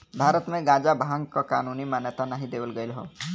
भारत में गांजा भांग क कानूनी मान्यता नाही देवल गयल हौ